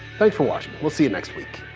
thanks for watching. we'll see you next week.